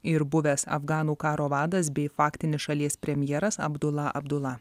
ir buvęs afganų karo vadas bei faktinis šalies premjeras abdula abdula